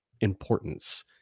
importance